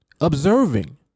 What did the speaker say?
Observing